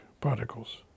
particles